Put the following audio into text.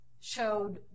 showed